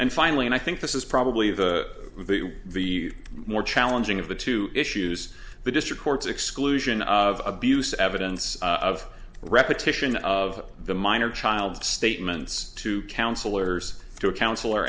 and finally and i think this is probably of the more challenging of the two issues the district courts exclusion of abuse evidence of repetition of the minor child statements to counselors to a counselor